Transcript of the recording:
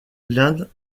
l’inde